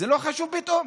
זה לא חשוב פתאום?